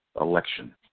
election